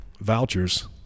vouchers